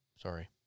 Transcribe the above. Sorry